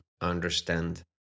understand